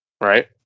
right